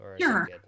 Sure